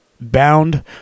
bound